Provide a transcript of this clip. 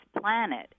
planet